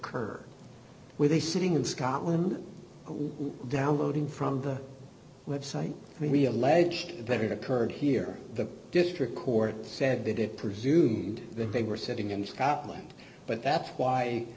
occur with a sitting in scotland downloading from the website we alleged that it occurred here the district court said that it presumed that they were sitting in scotland but that's why